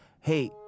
Hey